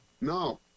No